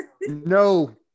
No